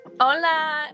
Hola